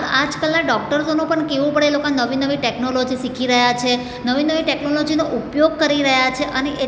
આ આજકાલના ડોક્ટરોનો પણ કહેવું પડે એ લોકા નવી નવી ટેક્નોલોજી શીખી રહ્યા છે નવી નવી ટેક્નોલોજીનો ઉપયોગ કરી રહ્યા છે અને